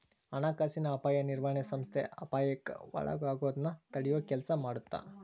ಹಣಕಾಸಿನ ಅಪಾಯ ನಿರ್ವಹಣೆ ಸಂಸ್ಥೆ ಅಪಾಯಕ್ಕ ಒಳಗಾಗೋದನ್ನ ತಡಿಯೊ ಕೆಲ್ಸ ಮಾಡತ್ತ